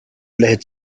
led